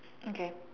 okay